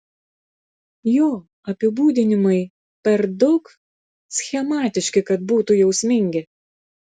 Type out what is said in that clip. jo apibūdinimai per daug schematiški kad būtų jausmingi